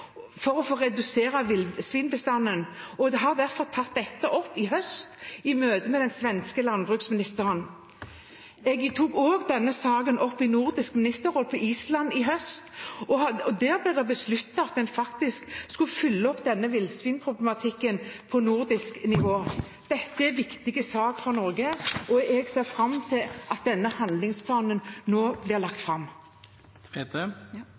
for å redusere villsvinbestanden, og jeg har tatt dette opp i høst i møte med den svenske landbruksministeren. Jeg tok også opp denne saken i Nordisk ministerråd på Island i høst, og der ble det besluttet at en skal følge opp denne villsvinproblematikken på nordisk nivå. Dette er en viktig sak for Norge, og jeg ser fram til at denne handlingsplanen nå blir lagt